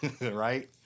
Right